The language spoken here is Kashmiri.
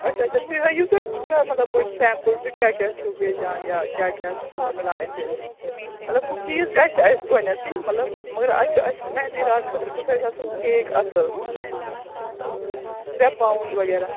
اچھا اچھا تُہۍ ہٲیِو تُہۍ تھوڑا مطلب گۄڈٕ سٮ۪مپٕل تہٕ کیٛاہ کیٛاہ چھُو بیجان یا کیٛاہ کیٛاہ چھُ مِلان اَتہِ مطلب کُکیٖز گژھِ اَسہِ گۄڈٕنٮ۪تھٕے مطلب مگر اَسہِ چھُ مہندی رات خٲطرٕ گوٚژھ اَسہِ آسُن کیک اَصٕل ترٛےٚ پاوُنٛڈ وغیرہ